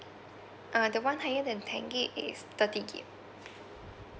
uh the one higher than ten gig is thirty gig